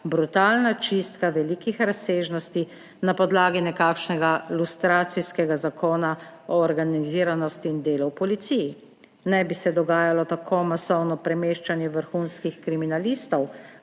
brutalna čistka velikih razsežnosti na podlagi nekakšnega lustracijskega zakona o organiziranosti in delu v policiji. Ne bi se dogajalo tako masovno premeščanje vrhunskih kriminalistov,